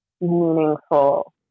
meaningful